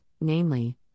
namely